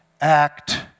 act